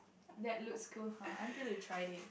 that looks cool [huh] until you try it